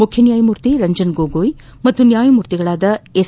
ಮುಖ್ಯ ನ್ಯಾಯಮೂರ್ತಿ ರಂಜನ್ ಗೊಗೊಯ್ ಮತ್ತು ನ್ಯಾಯಮೂರ್ತಿಗಳಾದ ಎಸ್